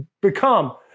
become